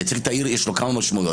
למייצג את העיר יש כמה משמעויות.